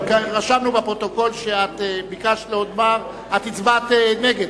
אבל רשמנו בפרוטוקול שביקשת לומר שהצבעת נגד.